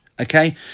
Okay